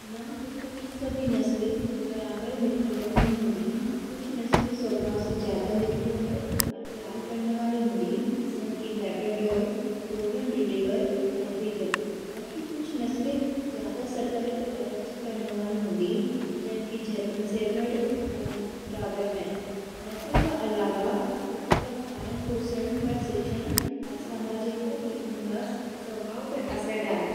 न, कुत्ते की सभी नस्लें बराबर मित्रवत नी होदी। कुछ नस्लें स्वभाव से ज़्यादा मित्रवत अर प्यार करने वाली होदी, जन कि लैब्राडोर, गोल्डन रिट्रीवर, अर बीगल वखी, कुछ नस्लें ज़्यादा सतर्क अर रक्षा करने वाली होदी, जन कि जर्मन शेफर्ड अर डॉबरमैन।